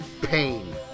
Pain